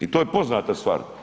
I to je poznata stvar.